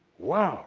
wow